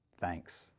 thanks